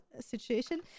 situation